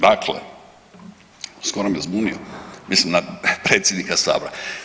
Dakle, skoro me zbunio, mislim na predsjednika Sabora.